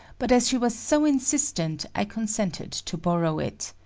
but as she was so insistent i consented to borrow it.